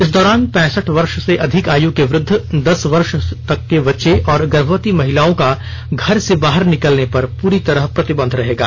इस दौरान पैंसठ वर्ष से अधिक आयु के वृद्ध दस वर्ष तक के बच्चे और गर्भवती महिलाओं का घर से बाहर निकलने पर पुरी तरह प्रतिबंधित रहेगा